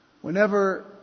Whenever